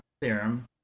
theorem